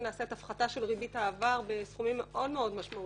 נעשית הפחתה של ריבית העבר בסכומים מאוד-מאוד משמעותיים,